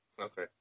Okay